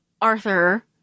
Arthur